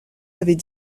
avait